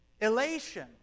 Elation